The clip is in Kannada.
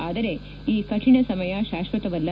ಆದರೆ ಈ ಕಠಿಣ ಸಮಯ ಶಾಕ್ಷತವಲ್ಲ